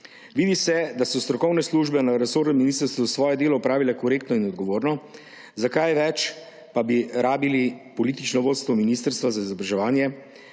Vidi se, da so strokovne službe na resornem ministrstvu svoje delo opravile korektno in odgovorno, za kaj več pa bi rabili politično vodstvo Ministrstva za izobraževanje,